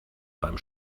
beim